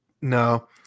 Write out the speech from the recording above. no